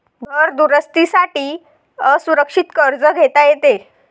घर दुरुस्ती साठी असुरक्षित कर्ज घेता येते